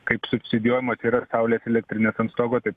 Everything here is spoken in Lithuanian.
kaip subsidijuojama tai yra saulės elektrinės ant stogo taip